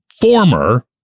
former